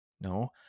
no